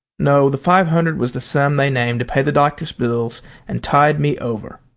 no, the five hundred was the sum they named to pay the doctor's bill and tide me over.